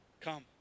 come